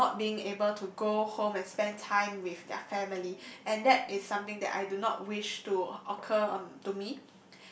or not being able to go home and spend time with their family and that is something that I do not wish to occur um to me